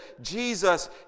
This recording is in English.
Jesus